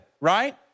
right